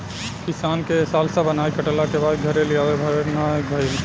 किसान के ए साल सब अनाज कटला के बाद घरे लियावे भर ना भईल